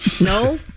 No